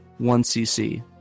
1cc